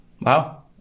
Wow